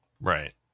Right